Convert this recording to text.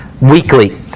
weekly